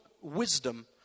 wisdom